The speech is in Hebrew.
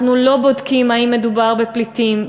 אנחנו לא בודקים אם מדובר בפליטים,